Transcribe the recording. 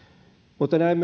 mutta näin